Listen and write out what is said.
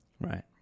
Right